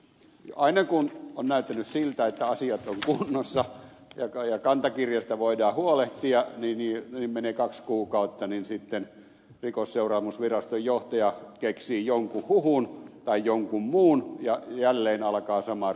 aina kun on näyttänyt siltä että asiat ovat kunnossa ja kantakarjasta voidaan huolehtia niin menee kaksi kuukautta ja sitten rikosseuraamusviraston johtaja keksii jonkun huhun tai jonkun muun ja jälleen alkaa sama rumba uudestaan